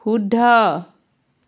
শুদ্ধ